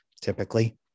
Typically